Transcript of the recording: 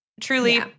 truly